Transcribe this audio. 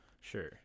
sure